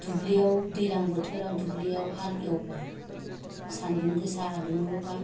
दुब्लिआव दैज्लां बोथोराव दुब्लिआव हाल एवबा सानदुं गोसा दुङोब्ला